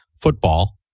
football